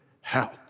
help